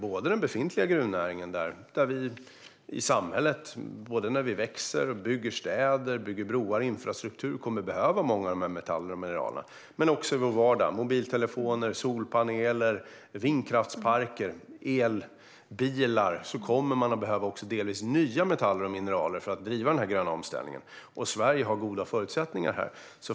Det gäller den befintliga gruvnäringen i samhället när vi växer, bygger städer, broar och infrastruktur och kommer att behöva många av de metallerna och mineralerna. Men det gäller också i vår vardag med mobiltelefoner, solpaneler, vindkraftsparker och elbilar. Där kommer man att behöva delvis nya metaller och mineraler för att driva den gröna omställningen. Sverige har här goda förutsättningar.